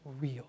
real